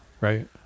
right